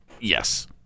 Yes